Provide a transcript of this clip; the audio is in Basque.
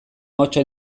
ahotsa